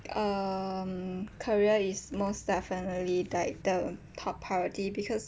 um career is most definitely like the top priority because